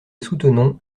soutenons